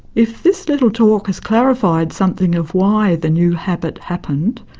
if this little talk has clarified something of why the new habit happened,